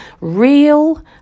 real